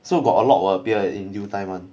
so got a lot will appear in new time [one]